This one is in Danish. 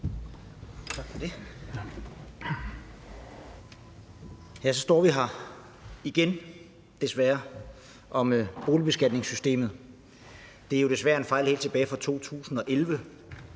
her igen – desværre – om boligbeskatningssystemet. Det drejer sig jo desværre om en fejl helt tilbage fra 2011.